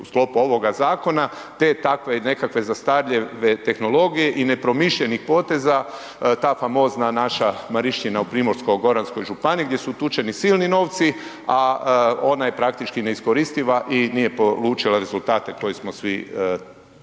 u sklopu ovoga zakona, te takve i nekakve zastarjele tehnologije i nepromišljenih poteza, ta famozna naša Marišćina u Primorsko-goranskoj županiji gdje su utučeni silni novci, a ona je praktički neiskoristiva i nije polučila rezultate koje smo svi